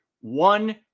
one